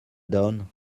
done